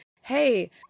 Hey